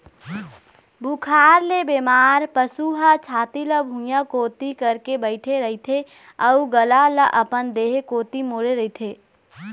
बुखार ले बेमार पशु ह छाती ल भुइंया कोती करके बइठे रहिथे अउ गला ल अपन देह कोती मोड़े रहिथे